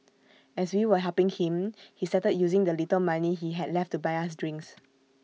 as we were helping him he started using the little money he had left to buy us drinks